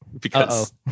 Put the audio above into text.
Because-